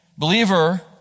Believer